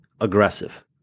aggressive